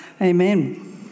Amen